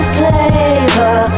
flavor